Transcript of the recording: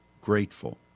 grateful